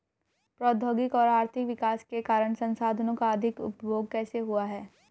प्रौद्योगिक और आर्थिक विकास के कारण संसाधानों का अधिक उपभोग कैसे हुआ है?